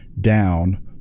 down